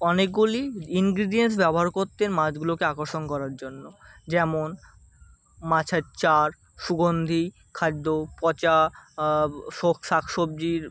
অনেকগুলি ইনগ্রিডিয়েন্টস ব্যবহার করতেন মাছগুলোকে আকর্ষণ করার জন্য যেমন মাছের চার সুগন্ধী খাদ্য পচা শোক শাক সবজির